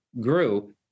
grew